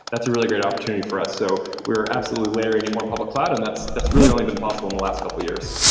that's a really good opportunity for us. so we were absolutely layering in more public cloud, and that's that's really only been possible in the last couple of years